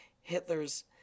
Hitler's